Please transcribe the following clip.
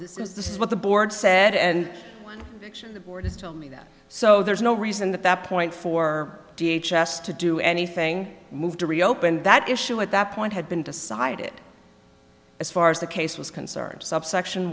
this is what the board said and the board is tell me that so there's no reason at that point for d h s s to do anything moved to reopen that issue at that point had been decided as far as the case was concerned subsection